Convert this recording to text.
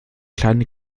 kleine